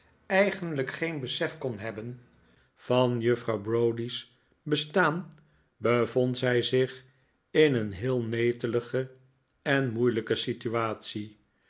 eigenlijk geen besef kon hebben van juffrouw browdie's bestaan bevond zij zich in een heel netelige en moeilijke situatie